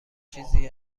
چیزی